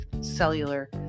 cellular